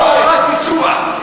לא בת-ביצוע,